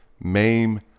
maim